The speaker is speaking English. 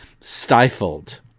stifled